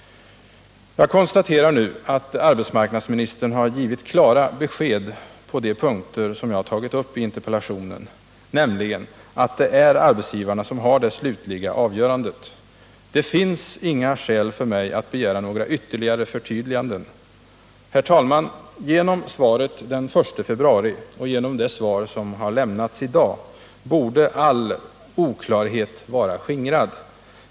Jag konstaterar nu att arbetsmarknadsministern har givit klara besked på de punkter som jag tagit upp i interpellationen, nämligen att det är arbetsgivarna som har det slutliga avgörandet. Det finns inga skäl för mig att begära några ytterligare förtydliganden. Herr talman! Genom svaret den 1 februari och genom det svar som har lämnats i dag borde all oklarhet vara skingrad.